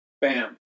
bam